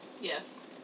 Yes